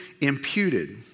imputed